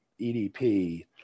EDP